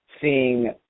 seeing